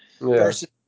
versus